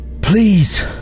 Please